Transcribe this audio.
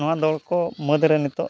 ᱱᱚᱣᱟ ᱫᱚᱲᱠᱚ ᱢᱩᱫᱽᱨᱮ ᱱᱤᱛᱳᱜ